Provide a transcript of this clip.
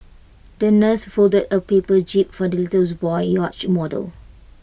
the nurse folded A paper jib for the little boy's yacht model